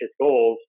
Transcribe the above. goals